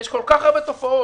יש כל כך הרבה תופעות